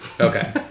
okay